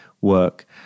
work